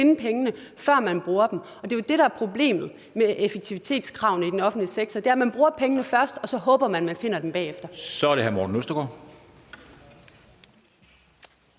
at finde pengene, før man bruger dem. Det, der jo er problemet ved effektivitetskravene i den offentlige sektor, er, at man bruger pengene først, og så håber man, at man finder dem bagefter.